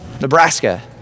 Nebraska